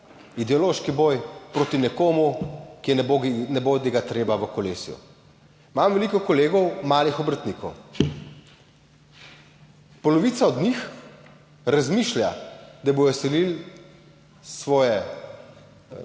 ideološki boj proti nekomu, ki je nebodigatreba v kolesju. Imam veliko kolegov, malih obrtnikov. Polovica od njih razmišlja, da bodo selili svoja